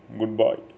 goodbye